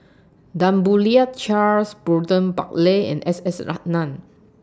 Tan Boo Liat Charles Burton Buckley and S S Ratnam